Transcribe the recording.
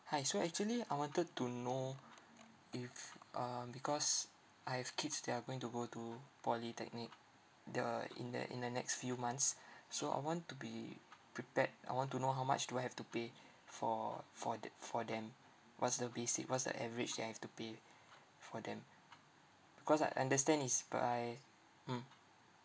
hi so actually I wanted to know if um because I have kids they are going to go to polytechnic the in the in the next few months so I want to be prepared I want to know how much do I have to pay for for the for them what's the basic what's the average that I've to pay for them because I understand is per I mm